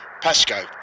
Pasco